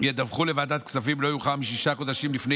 ידווחו לוועדת הכספים לא יאוחר משישה חודשים לפני